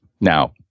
Now